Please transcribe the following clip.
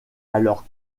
alors